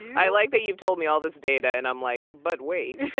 i like that you've told me all this data and i'm like, but wait